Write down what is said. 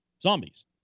zombies